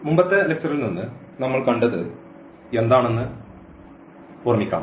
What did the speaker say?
മുമ്പത്തെ ലെക്ച്ചറിൽ നിന്ന് നമ്മൾ കണ്ടത് എന്താണെന്ന് ഓർമിക്കാം